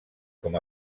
com